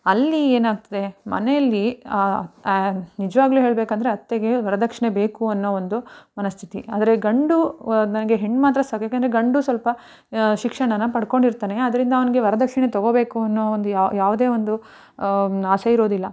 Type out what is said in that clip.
ಅಲ್ಲಿ ಏನಾಗ್ತದೆ ಮನೆಯಲ್ಲಿ ನಿಜವಾಗ್ಲು ಹೇಳಬೇಕಂದ್ರೆ ಅತ್ತೆಗೆ ವರ್ದಕ್ಷಣೆ ಬೇಕು ಅನ್ನೋ ಒಂದು ಮನಸ್ಥಿತಿ ಆದರೆ ಗಂಡು ನನಗೆ ಹೆಣ್ಣು ಮಾತ್ರ ಸಾಕು ಯಾಕಂದರೆ ಗಂಡು ಸ್ವಲ್ಪ ಶಿಕ್ಷಣಾನ ಪಡ್ಕೊಂಡಿರ್ತಾನೆ ಅದರಿಂದ ಅವನಿಗೆ ವರದಕ್ಷಿಣೆ ತಗೊಬೇಕು ಅನ್ನೋ ಒಂದು ಯಾವುದೇ ಒಂದು ಆಸೆ ಇರೋದಿಲ್ಲ